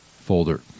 folder